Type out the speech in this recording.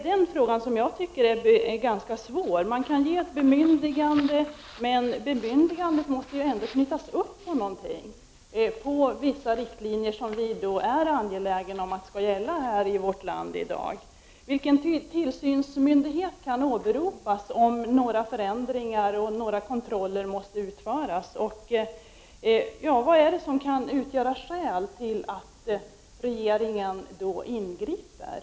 Den frågan tycker jag är ganska svår. Man kan ge ett bemyndigande, men bemyndigandet måste ändå knytas till någonting, till vissa riktlinjer som vi är angelägna om skall gälla i vårt land i dag. Vilken tillsynsmyndighet kan åberopas om några förändringar måste ske eller någon kontroll måste utföras? Vad kan utgöra skäl för att regeringen skall kunna ingripa?